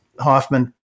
Hoffman